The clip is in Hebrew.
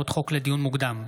לדיון מוקדם,